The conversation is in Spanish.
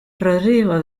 rodrigo